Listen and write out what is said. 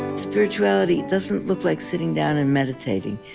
spirituality doesn't look like sitting down and meditating.